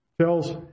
tells